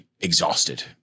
exhausted